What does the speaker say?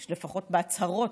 לפחות בהצהרות,